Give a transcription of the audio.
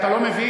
אתה לא מבין?